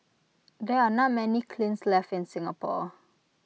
there are not many kilns left in Singapore